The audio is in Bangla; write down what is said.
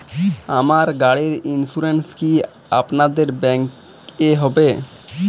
আমার গাড়ির ইন্সুরেন্স কি আপনাদের ব্যাংক এ হবে?